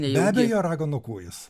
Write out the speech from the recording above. be abejo raganų kūjis